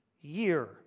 year